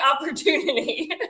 opportunity